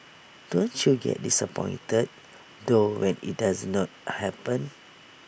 don't you get disappointed though when IT does not happen